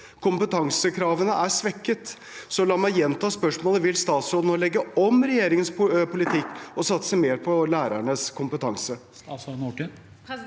Kompetansekravene er svekket. Så la meg gjenta spørsmålet: Vil statsråden nå legge om regjeringens politikk og satse mer på lærernes kompetanse?